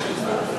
אדטו.